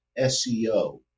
SEO